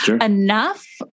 enough